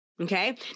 Okay